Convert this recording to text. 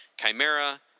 Chimera